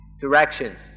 directions